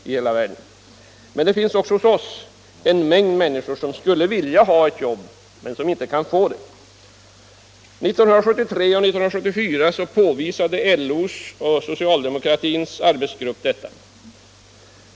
Men också hos oss finns en mängd människor som skulle vilja ha ett jobb men inte kan få något. 1973 SAP:s näringspolitiska arbetsgrupp detta.